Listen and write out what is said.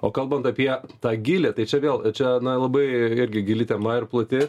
o kalbant apie tą gylį tai čia vėl čia labai irgi gili tema ir plati